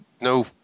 no